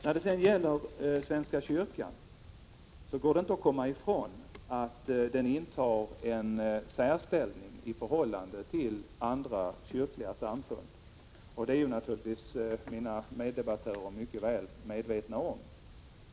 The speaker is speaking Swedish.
När det gäller svenska kyrkan går det inte att komma ifrån att den intar en särställning i förhållande till andra kyrkliga samfund, vilket mina meddebattörer naturligtvis är mycket väl medvetna om.